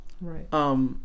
right